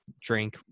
drink